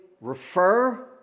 refer